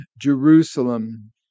Jerusalem